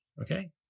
okay